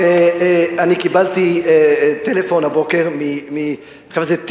אני קיבלתי טלפון הבוקר מחבר הכנסת טיבי,